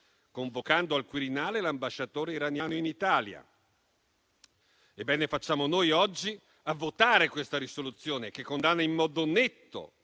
convocando al Quirinale l'ambasciatore iraniano in Italia. Bene facciamo noi oggi a votare questa risoluzione, che condanna in modo netto